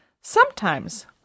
Sometimes